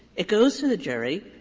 it goes to the jury,